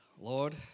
Lord